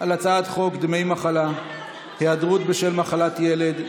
על הצעת חוק דמי מחלה (היעדרות בשל מחלת ילד)